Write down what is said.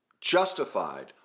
justified